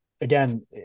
again